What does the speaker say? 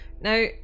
Now